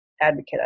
advocate